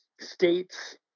States